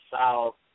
South